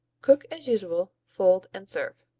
cook as usual. fold and serve.